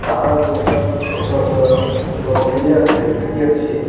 भारत देशक ओ सबसँ लोकप्रिय खेल क्रिकेट छी